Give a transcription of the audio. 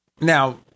Now